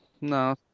No